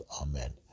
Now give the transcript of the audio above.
Amen